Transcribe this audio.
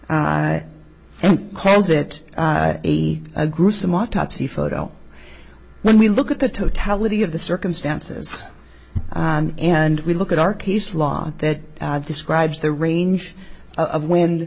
he calls it a gruesome autopsy photo when we look at the totality of the circumstances and we look at our case law that describes the range of wind